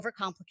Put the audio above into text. overcomplicate